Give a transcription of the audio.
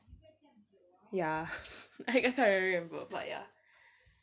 ya I I can't really remember but ya